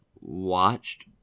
watched